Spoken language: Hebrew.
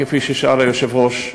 כפי ששאל היושב-ראש.